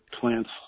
plants